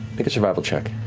make a survival check.